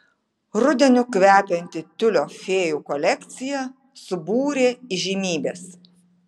rudeniu kvepianti tiulio fėjų kolekcija subūrė įžymybes